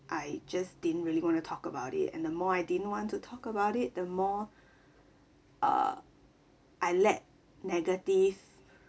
I just didn't really wanna talk about it and the more I didn't want to talk about it the more err I let negative